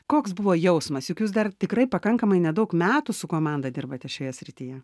koks buvo jausmas juk jūs dar tikrai pakankamai nedaug metų su komanda dirbate šioje srityje